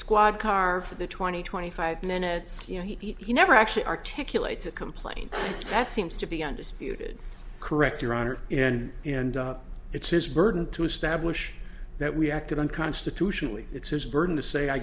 squad car for the twenty twenty five minutes you know he never actually articulate a complaint that seems to be undisputed correct your honor and it's his burden to establish that we acted unconstitutionally it's his burden to say i